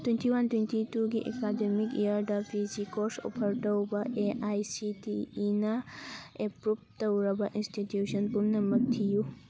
twenty one twenty ꯇꯨꯒꯤ academic ꯏꯌꯥꯔꯗ P G courses offer ꯇꯧꯕ ꯑꯦ ꯑꯥꯏ ꯁꯤ ꯇꯤ ꯏꯅ ꯑꯦꯄ꯭ꯔꯨꯞ ꯇꯧꯔꯕ ꯏꯟꯁꯇꯤꯇ꯭ꯤꯌꯨꯁꯟ ꯄꯨꯝꯅꯃꯛ ꯊꯤꯌꯨ